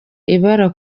ibara